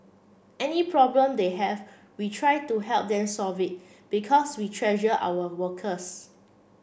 any problem they have we try to help them solve it because we treasure our workers